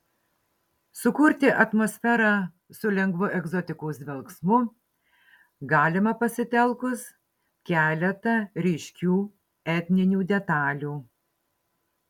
sukurti atmosferą su lengvu egzotikos dvelksmu galima pasitelkus keletą ryškių etninių detalių